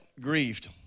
grieved